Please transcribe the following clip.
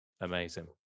amazing